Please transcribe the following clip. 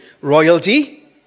royalty